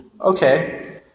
Okay